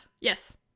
yes